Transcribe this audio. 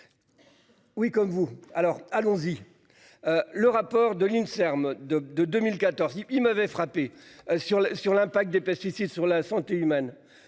Oui comme vous alors allons-y. Le rapport de l'INSERM de de 2014 il m'avait frappé sur sur l'impact des pesticides sur la santé humaine.